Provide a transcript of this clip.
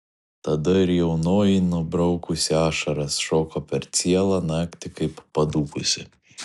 tada ir jaunoji nubraukusi ašaras šoko per cielą naktį kaip padūkusi